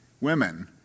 Women